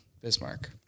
Bismarck